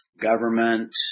government